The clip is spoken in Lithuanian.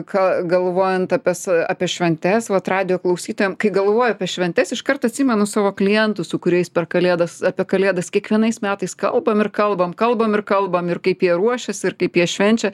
ka galvojant apie sa apie šventes vat radijo klausytojam kai galvoju apie šventes iškart atsimenu savo klientus su kuriais per kalėdas apie kalėdas kiekvienais metais kalbam ir kalbam kalbam ir kalbam ir kaip jie ruošiasi ir kaip jie švenčia